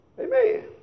Amen